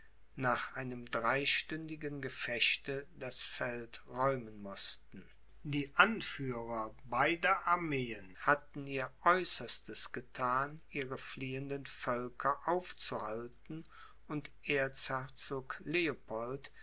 nach einem dreistündigen gefechte das feld räumen mußten die anführer beider armeen hatten ihr aeußerstes gethan ihre fliehenden völker aufzuhalten und erzherzog leopold